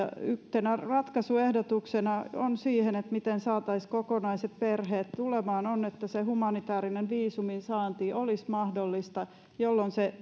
yhtenä ratkaisuehdotuksena siihen miten saataisiin kokonaiset perheet tulemaan on se että se humanitäärinen viisumin saanti olisi mahdollista jolloin se